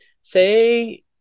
Say